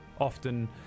often